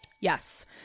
Yes